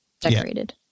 decorated